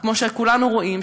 כמו שכולנו רואים,